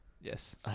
Yes